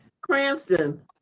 Cranston